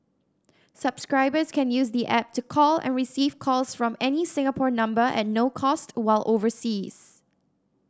subscribers can use the app to call and receive calls from any Singapore number at no cost while overseas